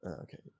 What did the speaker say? Okay